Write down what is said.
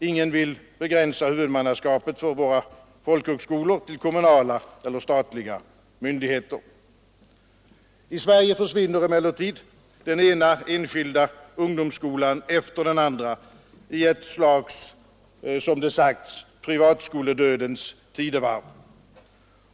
Ingen vill begränsa huvudmannaskapet för våra folkhögskolor till kommunala eller statliga myndigheter. I Sverige försvinner emellertid den ena enskilda ungdomsskolan efter den andra i ett slags, som det sagts, privatskoledödens tidevarv.